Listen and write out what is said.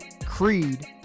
Creed